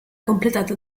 completata